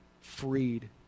freed